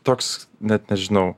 toks net nežinau